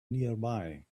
nearby